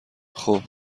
خوب